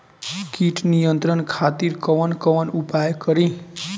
कीट नियंत्रण खातिर कवन कवन उपाय करी?